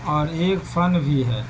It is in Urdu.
اور ایک فن بھی ہے